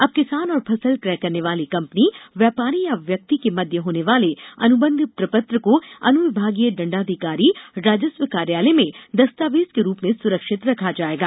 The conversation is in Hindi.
अब किसान और फसल क्रय करने वाली कम्पनी व्यापारी या व्यक्ति के मध्य होने वाले अनुबंध प्रपत्र को अनुविभागीय दण्डाधिकारी राजस्व कार्यालय में दस्तावेज के रूप में सुरक्षित रखा जाएगा